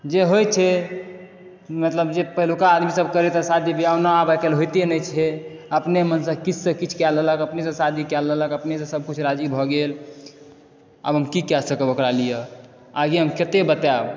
जे होइ छै मतलब जे पहिलुका आदमी सब करैत रहय शादी बियाह ओना आब आइ काल्हि होइते नहि छै अपने मन से किछु से किछु कए लेलक अपने सॅं शादी कए लेलक अपने सॅं सब किछु राज़ी भऽ गेल आब हम की कए सकब ओकरा लिए आगे हम कते बतायब